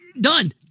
Done